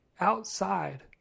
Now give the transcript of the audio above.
outside